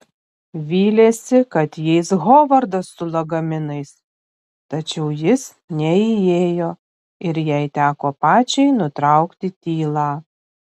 vylėsi kad įeis hovardas su lagaminais tačiau jis neįėjo ir jai teko pačiai nutraukti tylą